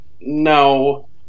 no